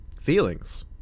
feelings